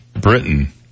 Britain